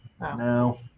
No